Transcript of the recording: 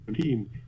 team